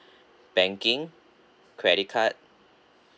banking credit card